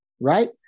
Right